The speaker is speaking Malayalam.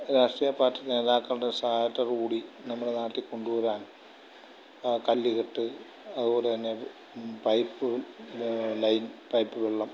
രാഷ്ട്രീയ പാർട്ടി നേതാക്കളുടെ സഹായത്തോടുകൂടി നമ്മുടെ നാട്ടില് കൊണ്ടുവരാൻ കല്ല് കെട്ട് അതുപോലെതന്നെ പൈപ്പ് ലൈൻ പൈപ്പ് വെള്ളം